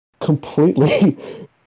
completely